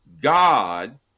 God